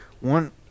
one